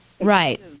right